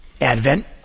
Advent